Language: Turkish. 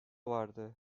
vardı